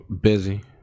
busy